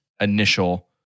initial